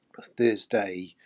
Thursday